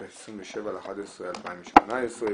ה-27.11.2018,